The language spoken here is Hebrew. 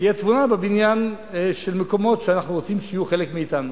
ותהיה תבונה בבניין של מקומות שאנחנו רוצים שיהיו חלק מאתנו.